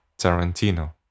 Tarantino